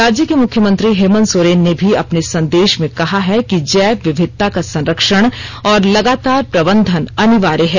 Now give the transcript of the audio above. राज्य के मुख्य मंत्री हेमन्त सोरेन ने भी अपने संदेश में कहा है कि जैव विविधता का संरक्षण और लगातार प्रबंधन अनिवार्य है